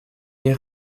les